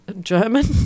German